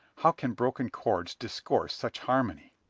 how can broken chords discourse such harmony?